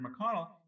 McConnell